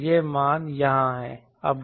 तो यह मान यहाँ है